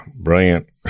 brilliant